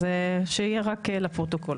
שיהיה רק לפרוטוקול.